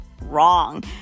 wrong